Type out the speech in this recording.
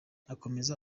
akomeza